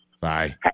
Bye